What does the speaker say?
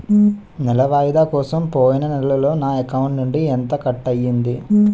నెల వాయిదా కోసం పోయిన నెలలో నా అకౌంట్ నుండి ఎంత కట్ అయ్యింది?